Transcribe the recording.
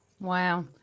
Wow